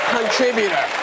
Contributor